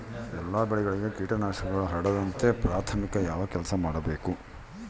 ಎಲ್ಲ ಬೆಳೆಗಳಿಗೆ ಕೇಟನಾಶಕಗಳು ಹರಡದಂತೆ ಪ್ರಾಥಮಿಕ ಯಾವ ಕೆಲಸ ಮಾಡಬೇಕು?